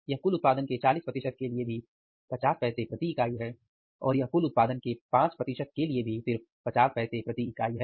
यह कुल उत्पादन के 40 के लिए भी पचास पैसे प्रति इकाई है और यह कुल उत्पादन के 5 के लिए भी पचास पैसे प्रति इकाई है